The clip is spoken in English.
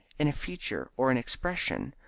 in feature or in expression,